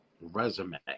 resume